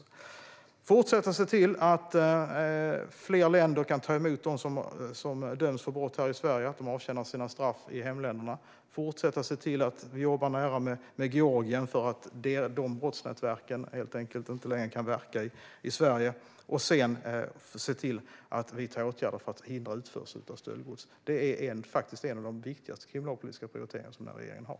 Vi ska fortsätta att se till att fler länder kan ta emot dem som döms för brott här i Sverige så att de avtjänar sina straff i hemländerna. Vi ska fortsätta att jobba nära med Georgien för att brottsnätverken därifrån inte längre ska kunna verka i Sverige. Vi ska också vidta åtgärder för att hindra utförsel av stöldgods. Detta är faktiskt en av de viktigaste kriminalpolitiska prioriteringar som den här regeringen har.